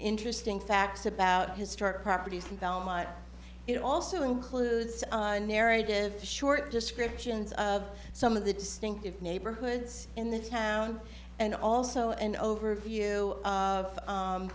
interesting facts about historic properties in belmont it also includes a narrative short descriptions of some of the distinctive neighborhoods in the town and also an overview of